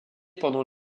pendant